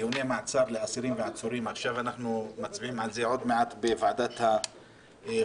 מעצר לאסירים ועצורים אנחנו מצביעים על זה עוד מעט בוועדת החוקה.